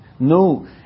No